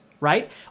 right